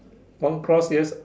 one cross yes